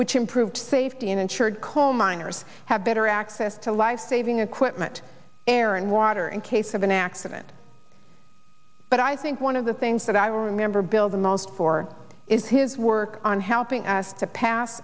which improved safety and ensured coal miners have better access to lifesaving equipment air and water in case of an accident but i think one of the things that i will remember bill the most for is his work on helping us to pass